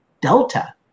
Delta